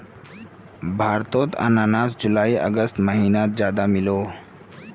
भारतोत अनानास जुलाई अगस्त महिनात ज्यादा मिलोह